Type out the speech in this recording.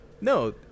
No